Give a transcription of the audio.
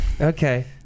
Okay